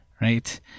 right